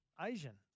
Asian